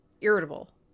irritable